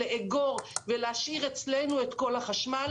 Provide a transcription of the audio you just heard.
לאגור ולהשאיר אצלנו את כל החשמל,